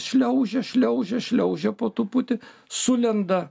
šliaužia šliaužia šliaužia po tuputį sulenda